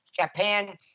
Japan